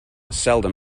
seldom